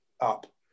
up